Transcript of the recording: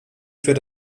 für